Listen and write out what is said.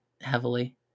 heavily